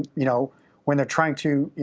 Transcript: you know when they're trying to